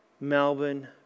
Melbourne